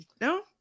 no